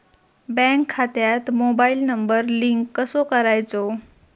Bank खात्यात mobile number link कसो करायचो?